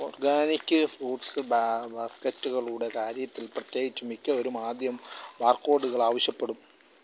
organic fruits ബാ ബാസ്ക്കറ്റുകളുടെ കാര്യത്തിൽ പ്രത്യേകിച്ചും മിക്കവരും ആദ്യം ബാർകോഡുകൾ ആവശ്യപ്പെടും